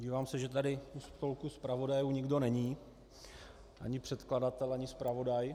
Dívám se, že tady u stolku zpravodajů nikdo není, ani předkladatel ani zpravodaj...